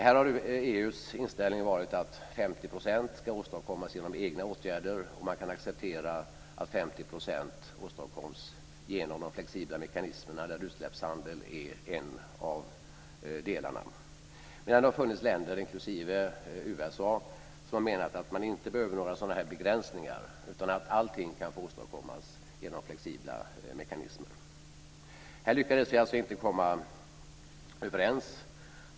Här har EU:s inställning varit att 50 % ska åstadkommas genom egna åtgärder och att man kan acceptera att 50 % åstadkoms genom de flexibla mekanismerna, där utsläppshandel är en av delarna. Det har då funnits länder, inklusive USA, som menat att man inte behöver några sådana här begränsningar, utan att allt kan åstadkommas genom flexibla mekanismer. Här lyckades vi alltså inte komma överens.